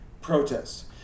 Protests